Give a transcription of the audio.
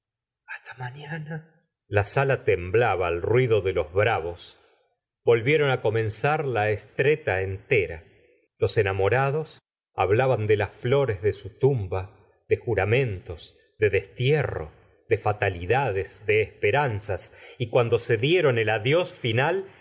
hasta mañana la sala temblaba al ruido de los bravos volvieron á comenzar la sbetta enteca los enamorados hablaban de las flores de su tumba de juramentos de destierro de fatalidades de esperanr as y cuando se dieron el adios final